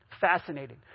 fascinating